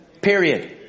Period